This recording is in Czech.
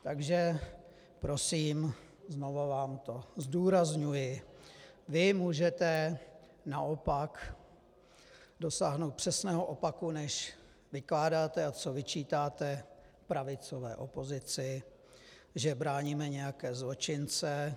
Takže prosím, znovu vám to zdůrazňuji, vy můžete naopak dosáhnout přesného opaku, než vykládáte a co vyčítáte pravicové opozici, že bráníme nějaké zločince.